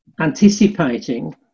anticipating